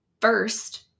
first